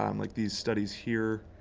um like these studies here,